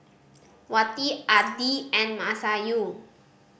Wati Adi and Masayu